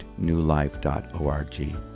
newlife.org